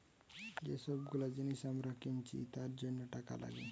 যে সব গুলো জিনিস আমরা কিনছি তার জন্য টাকা লাগে